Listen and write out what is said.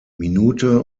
minute